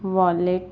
wallet